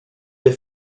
des